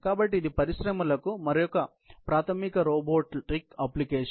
కాబట్టి ఇది పరిశ్రమలకు మరో ప్రాథమిక రోబోటిక్ అప్లికేషన్